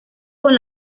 con